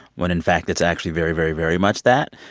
when in fact it's actually very, very, very much that.